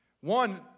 One